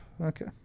Okay